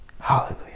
Hallelujah